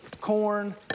corn